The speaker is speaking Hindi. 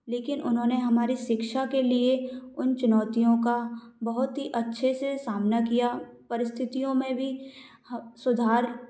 लेकिन उन्होंने हमारी शिक्षा के लिए उन चुनौतियों का बहुत ही अच्छे से सामना किया परिस्थितियों में भी अ सुधार